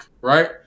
right